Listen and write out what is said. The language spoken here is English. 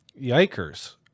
yikers